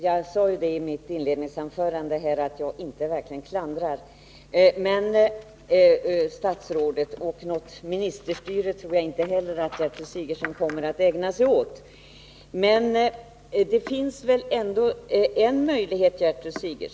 Herr talman! Jag sade i mitt inledningsanförande att jag verkligen inte Måndagen de klandrar statsrådet. Jag tror inte heller att Gertrud Sigurdsen kommer att 13 december 1982 ägna sig åt något ministerstyre.